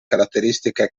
caratteristiche